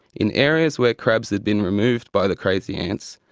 in areas where crabs had been removed by the crazy ants,